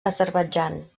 azerbaidjan